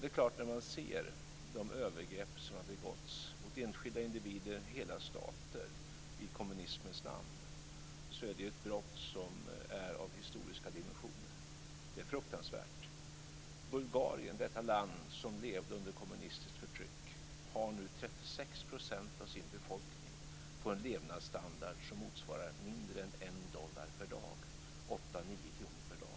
Det är klart att när man ser de övergrepp som har begåtts mot enskilda individer och mot hela stater i kommunismens namn är det ett brott som är av historiska dimensioner. Det är fruktansvärt. I Bulgarien, detta land som levde under kommunistiskt förtryck, har nu 36 % av befolkningen en levnadsstandard som motsvarar mindre än en dollar per dag, åtta nio kronor per dag.